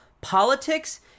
politics